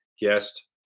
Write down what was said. guest